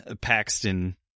paxton